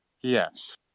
Yes